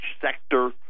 sector